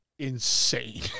Insane